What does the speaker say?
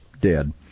dead